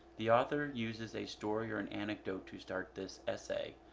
the author uses a story or an anecdote to start this essay.